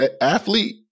athlete